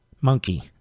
Monkey